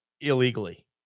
illegally